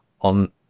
on